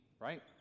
right